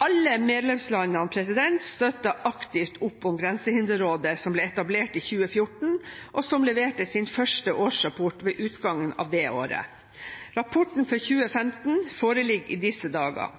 Alle medlemslandene støtter aktivt opp om Grensehinderrådet som ble etablert i 2014, og som leverte sin første årsrapport ved utgangen av det året. Rapporten for 2015 foreligger i disse dager.